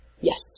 Yes